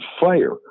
fire